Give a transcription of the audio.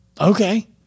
Okay